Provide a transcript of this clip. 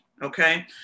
Okay